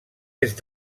est